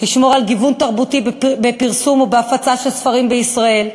לשמור על גיוון תרבותי בפרסום ובהפצה של ספרים בישראל,